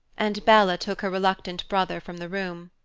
and bella took her reluctant brother from the room.